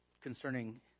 concerning